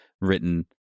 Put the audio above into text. written